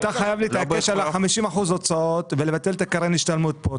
אתה חייב להתעקש על 50% הוצאות ולבטל את קרן ההשתלמות פה,